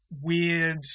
weird